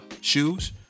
shoes